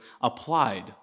applied